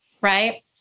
right